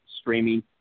streaming